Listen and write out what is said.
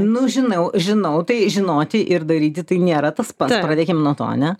nu žinau žinau tai žinoti ir daryti tai nėra tas pats pradėkim nuo to ane